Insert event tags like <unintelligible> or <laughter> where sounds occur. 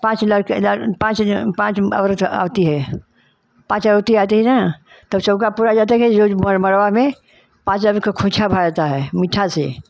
पाँच लड़के लर पाँच ज पाँच औरत आती है पाँच औरतें आती है न तब चौका पुरा जाता है कि मड़वा में पाँच <unintelligible> को खोंइछा भरा जाता है मीठा से